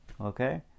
okay